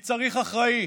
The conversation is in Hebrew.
כי צריך אחראי.